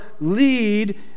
lead